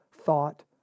thought